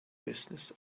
business